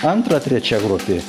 antra trečia grupė